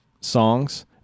songs